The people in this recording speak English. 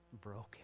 broken